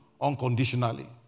unconditionally